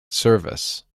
service